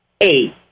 eight